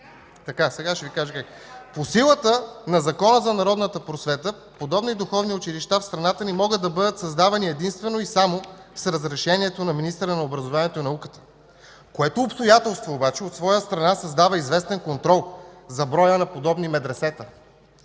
ги и сега. ИЛИАН ТОДОРОВ: По силата на Закона за народната просвета подобни духовни училища в страната ни могат да бъдат създавани единствено и само с разрешението на министъра на образованието и науката, което обстоятелство обаче от своя страна създава известен контрол за броя на подобни медресета.